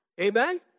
Amen